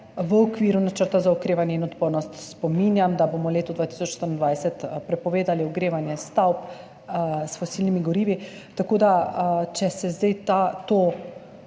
v okviru Načrta za okrevanje in odpornost. Spominjam, da bomo v letu 2024 prepovedali ogrevanje stavb s fosilnimi gorivi, tako da če se zdaj ta